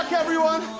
everyone.